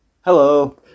Hello